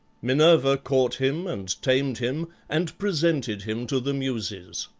minerva caught him and tamed him and presented him to the muses.